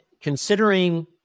considering